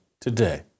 today